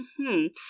-hmm